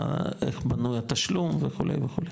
איך בנוי התשלום וכו' וכו,